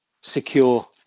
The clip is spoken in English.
secure